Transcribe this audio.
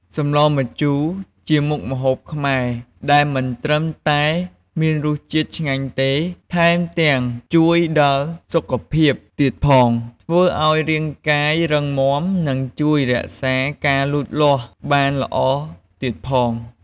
សម្លម្ជូរជាមុខម្ហូបខ្មែរ ដែលមិនត្រឹមតែមានរសជាតិឆ្ងាញ់ទេ ថែមទាំងជួយដល់សុខភាពទៀតផងធ្វើឱ្យរាងកាយរឹងមាំនិងជួយរក្សាការលូតលាស់បានល្អទៀតផង។